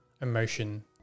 emotion